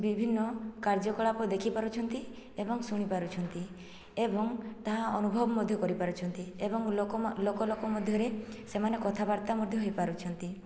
ବିଭିନ୍ନ କାର୍ଯ୍ୟକଳାପ ଦେଖିପାରୁଛନ୍ତି ଏବଂ ଶୁଣି ପାରୁଛନ୍ତି ଏବଂ ତାହା ଅନୁଭବ ମଧ୍ୟ କରିପାରୁଛନ୍ତି ଏବଂ ଲୋକ ଲୋକ ମଧ୍ୟରେ ସେମାନେ କଥାବାର୍ତ୍ତା ମଧ୍ୟ ହୋଇପାରୁଛନ୍ତି